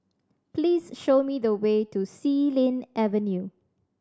please show me the way to Xilin Avenue